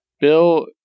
Bill